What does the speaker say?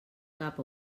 cap